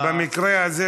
במקרה הזה,